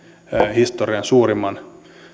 historian